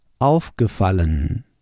aufgefallen